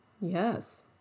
Yes